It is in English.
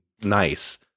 nice